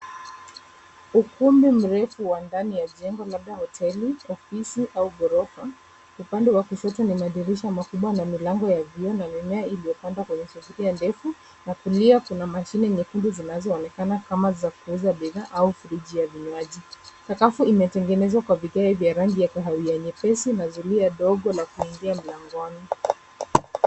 Ukumbi mrefu wa ndani ya jengo labda hoteli, ofisi au ghorofa. Upande wa kushoto ni madirisha makubwa na milango ya vioo na mimea iliyopandwa kwenye sufuria ndefu na kulia kuna mashine nyekundu zinazoonekana kama za kuuza bidhaa au friji ya vinywaji. Sakafu imetengenezwa kwa vigae vya rangi ya kahawia nyepesi na zulia ndogo la kuingilia mlangoni.